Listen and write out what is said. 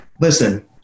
listen